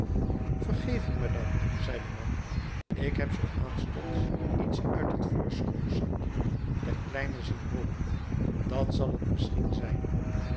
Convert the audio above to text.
vergeving madame zei de man ik heb zoo aanstonds iets uit t voorschootzakje der kleine zien rollen dat zal t misschien zijn